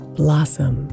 blossom